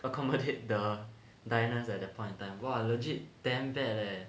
accommodate the diners at that point in time !wah! legit damn bad leh